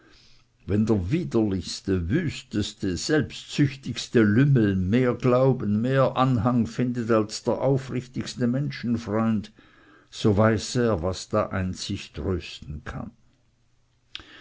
wenn der widerlichste wüsteste selbstsüchtigste lümmel mehr glauben mehr anhang findet als der aufrichtigste menschenfreund so weiß er was da einzig trösten kann